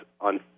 on